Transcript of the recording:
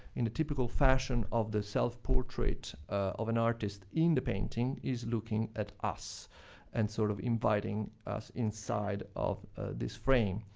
in the typical fashion of the self-portrait of an artist in the painting, is looking at us and sort of inviting us inside of this frame.